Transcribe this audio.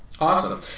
Awesome